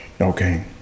okay